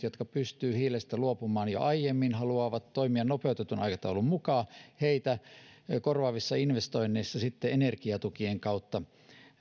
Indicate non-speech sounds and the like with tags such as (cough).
(unintelligible) jotka pystyvät hiilestä luopumaan jo aiemmin ja haluavat toimia nopeutetun aikataulun mukaan korvaavissa investoinneissa sitten energiatukien kautta